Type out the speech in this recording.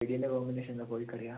പിടീന്റെ combination എന്താണ് കോഴിക്കറിയാണോ